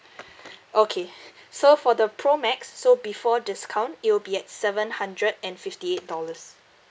okay so for the pro max so before discount it will be at seven hundred and fifty eight dollars